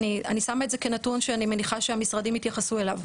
אני שמה את זה כנתון שאני מניחה שהמשרדים יתייחסו אליו.